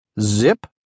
zip